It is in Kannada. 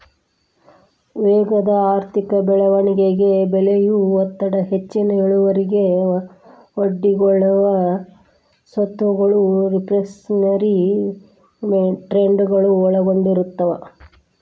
ವೇಗದ ಆರ್ಥಿಕ ಬೆಳವಣಿಗೆ ಬೆಲೆಯ ಒತ್ತಡ ಹೆಚ್ಚಿನ ಇಳುವರಿಗೆ ಒಡ್ಡಿಕೊಳ್ಳೊ ಸ್ವತ್ತಗಳು ರಿಫ್ಲ್ಯಾಶನರಿ ಟ್ರೇಡಗಳು ಒಳಗೊಂಡಿರ್ತವ